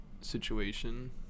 situation